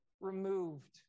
removed